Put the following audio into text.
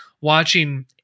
watching